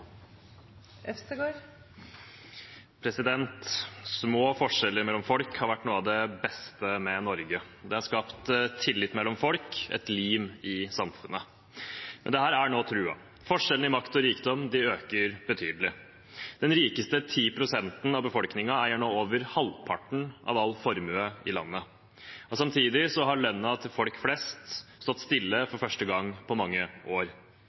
-lagring. Små forskjeller mellom folk har vært noe av det beste med Norge. Det har skapt tillit mellom folk, et lim i samfunnet. Men dette er nå truet. Forskjellene i makt og rikdom øker betydelig. De 10 pst. rikeste av befolkningen eier nå over halvparten av all formue i landet. Samtidig har lønnen til folk flest stått stille for første gang på mange år.